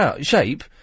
shape